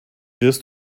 wirst